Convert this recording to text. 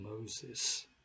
Moses